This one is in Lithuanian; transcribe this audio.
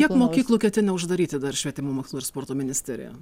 kiek mokyklų ketina uždaryti dar švietimo mokslo ir sporto ministerija